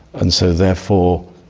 and so therefore,